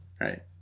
Right